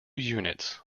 units